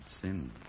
sin